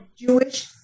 Jewish